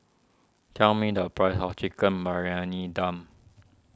tell me the price of Chicken Briyani Dum